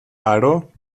aro